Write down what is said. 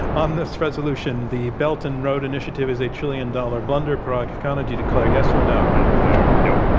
on this resolution, the belt-and-road initiative is a trillion-dollar blunder, parag khanna, do you declare yes or no? i declare no.